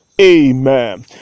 Amen